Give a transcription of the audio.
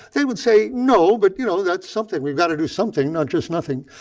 they would say, no. but you know that's something. we've got to do something, not just nothing.